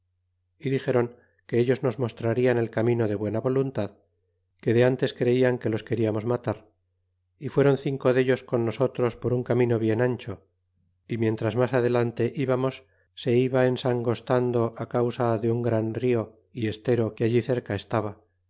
y dixéron que ellos nos mostrarla el camino de buena voluntad que de ntes creían que los queriarnos matar y fueron cinco dellos con nosotros por un camino bien ancho y mientras mas adelante íbamos se iba ensan gostando causa de un gran rio y estero que allí cerca estaba